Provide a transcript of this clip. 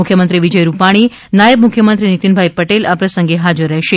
મુખ્યમંત્રી વિજય રૂપાણી અને નાયબ મુખ્યમંત્રી નિતિનભાઈ પટેલ આ પ્રસંગે હાજર હશે